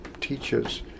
teaches